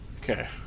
Okay